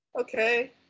Okay